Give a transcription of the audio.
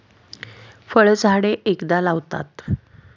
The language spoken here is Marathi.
फळझाडे एकदा लावतात